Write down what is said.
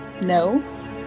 no